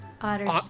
Otters